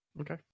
Okay